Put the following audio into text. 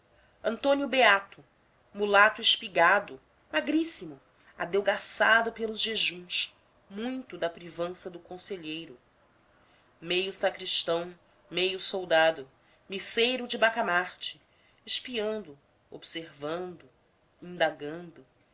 antônio beato mulato espigado magríssimo adelgaçado pelos jejuns muito da privança do conselheiro meio sacristão meio soldado misseiro de bacamarte espiando observando indagando